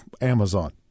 Amazon